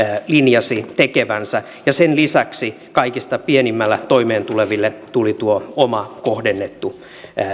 linjasi tekevänsä sen lisäksi kaikista pienimmällä toimeentuleville tuli tuo oma kohdennettu